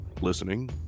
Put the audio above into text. listening